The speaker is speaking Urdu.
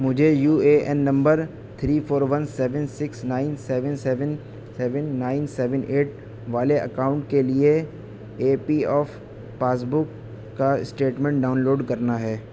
مجھے U A N number three four one seven six nine seven seven seven nine seven eight والے اکاؤنٹ کے لیے A P F passbook کا اسٹیٹمنٹ ڈاؤن لوڈ کرنا ہے